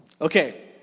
Okay